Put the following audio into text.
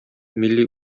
милли